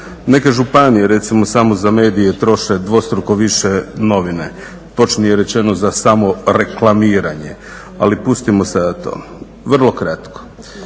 Neke županije recimo samo za medije troše dvostruko više novine, točnije rečeno za samo reklamiranje. Ali pustimo sada to. Vrlo kratko.